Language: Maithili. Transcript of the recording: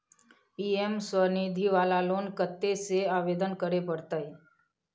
पी.एम स्वनिधि वाला लोन कत्ते से आवेदन करे परतै?